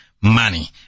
money